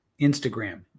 Instagram